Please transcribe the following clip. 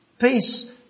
Peace